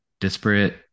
disparate